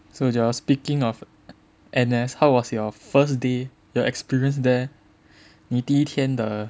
sorry Joel speaking of N_S how was your first day your experience there 你第一天的